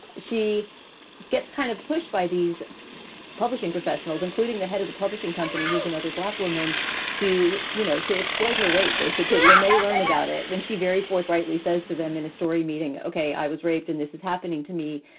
she gets kind of pushed by these publishing professionals, including the head of the publishing company, who's another black woman to, you know, to exploit her rape, basically when they learn about it. when she very forthrightly says to them in a story meeting. ok, i was raped and this is happening to me.